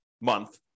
month